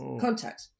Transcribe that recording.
contact